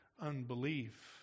unbelief